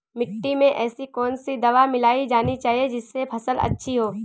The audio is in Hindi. मिट्टी में ऐसी कौन सी दवा मिलाई जानी चाहिए जिससे फसल अच्छी हो?